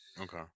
Okay